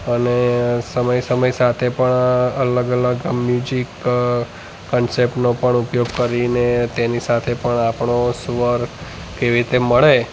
અને સમય સમય સાથે પણ અલગ અલગ મ્યુઝિક કન્સેપ્ટનો પણ ઉપયોગ કરીને તેની સાથે પણ આપણો સ્વર કેવી રીતે મળે